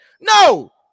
No